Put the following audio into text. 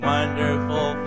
Wonderful